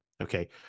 okay